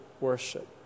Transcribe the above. worship